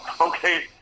Okay